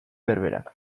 berberak